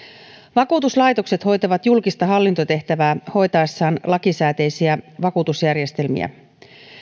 vakuutuslaitokset hoitavat julkista hallintotehtävää hoitaessaan lakisääteisiä vakuutusjärjestelmiä